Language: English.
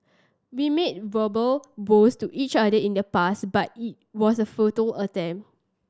we made verbal vows to each other in the past but it was a futile attempt